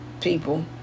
People